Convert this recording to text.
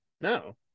No